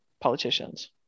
politicians